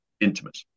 intimate